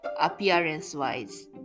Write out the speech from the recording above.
appearance-wise